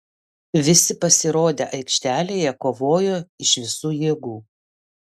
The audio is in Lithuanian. visi pasirodę aikštelėje kovojo iš visų jėgų